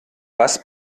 was